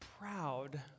proud